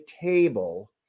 table